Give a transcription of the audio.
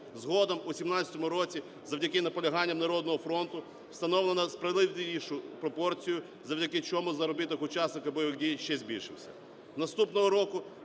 Згодом у 17-му році завдяки наполяганням "Народного фронту" встановлено справедливішу пропорцію, завдяки чому заробіток учасника бойових дій ще збільшився.